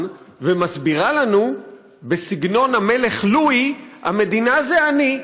ומסבירה לנו בסגנון המלך לואי: המדינה זה אני,